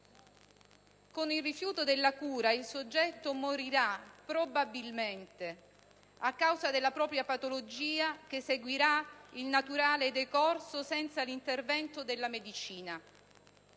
Con il rifiuto della cura il soggetto morirà, probabilmente, a causa della propria patologia, che seguirà il naturale decorso senza l'intervento della medicina.